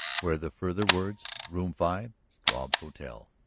were the further words room five, struve's hotel.